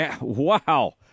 Wow